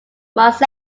runs